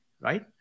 right